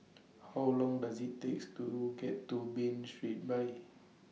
How Long Does IT takes to get to Bain Street By